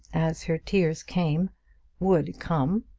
as her tears came would come,